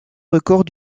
records